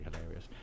hilarious